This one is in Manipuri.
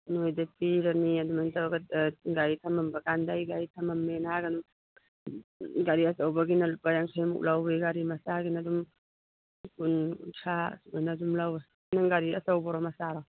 ꯅꯣꯏꯗ ꯄꯤꯔꯅꯤ ꯑꯗꯨꯃꯥꯏꯅ ꯇꯧꯔꯒ ꯒꯥꯔꯤ ꯊꯃꯝꯕ ꯀꯥꯟꯗ ꯑꯩ ꯒꯥꯔꯤ ꯊꯃꯝꯃꯦꯅ ꯍꯥꯏꯔꯒ ꯑꯗꯨꯝ ꯒꯥꯔꯤ ꯑꯆꯧꯕꯒꯤꯅ ꯂꯨꯄꯥ ꯌꯥꯡꯈꯩꯃꯨꯛ ꯂꯧꯏ ꯒꯥꯔꯤ ꯃꯆꯥꯒꯤꯅ ꯑꯗꯨꯝ ꯀꯨꯟ ꯀꯨꯟꯊ꯭ꯔꯥ ꯁꯨꯃꯥꯏꯅ ꯑꯗꯨꯝ ꯂꯧꯏ ꯅꯪ ꯒꯥꯔꯤ ꯑꯆꯧꯕꯔꯣ ꯃꯆꯥꯔꯣ